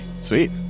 Sweet